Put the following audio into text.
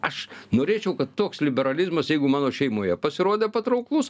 aš norėčiau kad toks liberalizmas jeigu mano šeimoje pasirodė patrauklus